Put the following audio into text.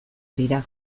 dira